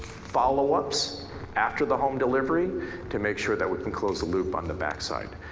follow ups after the home delivery to make sure that we can close the loop on the back side.